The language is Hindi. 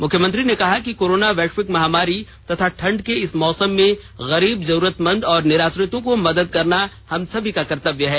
मुख्यमंत्री ने कहा कि कोरोना वैश्विक महामारी तथा ठंड के इस मौसम में गरीब जरूरतमंद और निराश्रितों को मदद करना हम सभी का कर्तव्य है